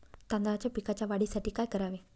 तांदळाच्या पिकाच्या वाढीसाठी काय करावे?